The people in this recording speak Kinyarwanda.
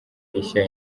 rishya